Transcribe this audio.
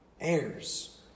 heirs